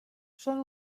són